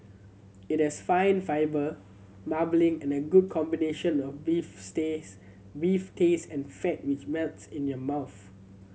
it has fine fibre marbling and a good combination of beef stays beef taste and fat which melts in your mouth